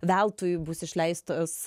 veltui bus išleistas